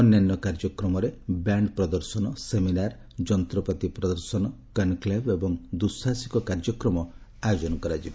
ଅନ୍ୟାନ୍ୟ କାର୍ଯ୍ୟକ୍ରମରେ ବ୍ୟାଣ୍ଡ ପ୍ରଦର୍ଶନ ସେମିନାର ଯନ୍ତ୍ରପାତି ପ୍ରଦର୍ଶନ କନ୍କ୍ଲେଭ୍ ଏବଂ ଦୁଃସାହସିକ କାର୍ଯ୍ୟକ୍ରମ ଆୟୋଜନ କରାଯିବ